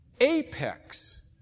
apex